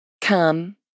Come